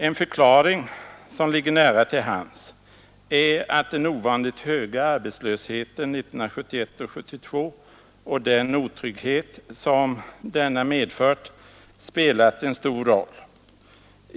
En förklaring, som ligger nära till hands, är att den ovanligt höga arbetslösheten 1971 och 1972 och den otrygghet som denna medfört spelat en stor roll.